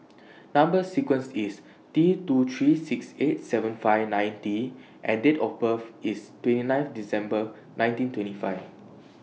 Number sequence IS T two three six eight seven five nine T and Date of birth IS twenty ninth December nineteen twenty five